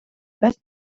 basse